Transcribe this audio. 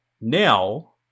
Now